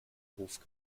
hof